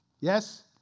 Yes